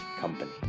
company